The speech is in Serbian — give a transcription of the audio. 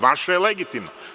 Vaše je legitimno.